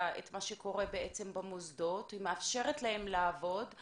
מה שקורה בעצם במוסדות, היא מאפשר לעבוד.